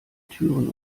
türen